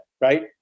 right